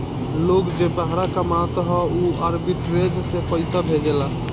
लोग जे बहरा कामत हअ उ आर्बिट्रेज से पईसा भेजेला